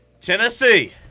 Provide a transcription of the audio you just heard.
Tennessee